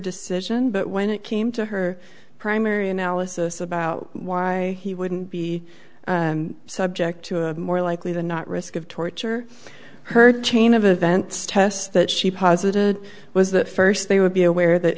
decision but when it came to her primary analysis about why he wouldn't be subject to a more likely than not risk of torture her chain of events test that she posited was that first they would be aware that